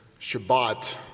Shabbat